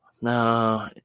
No